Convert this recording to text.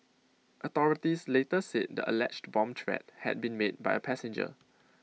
authorities later said the alleged bomb threat had been made by A passenger